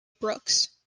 brooks